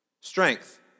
Strength